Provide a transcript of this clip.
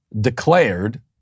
declared